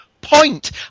point